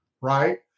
right